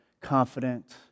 confident